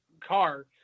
car